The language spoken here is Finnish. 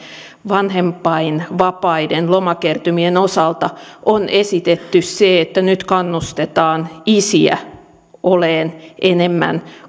vanhempainvapaiden lomakertymien osalta on esitetty se että nyt kannustetaan isiä olemaan enemmän